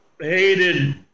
hated